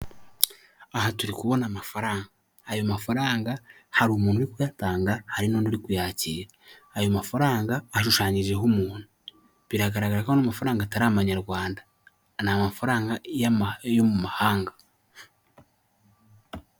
Aba ni abantu benshi bari ahantu hamwe higanjemo abagore ndetse n'abagabo, bazamuye ibiganza byabo hejuru bafite amadarapo yanditseho FPR agizwe n'umutuku umweru n'ubururu.